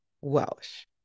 Welsh